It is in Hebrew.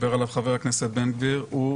שדיבר עליו חבר הכנסת בן-גביר הוא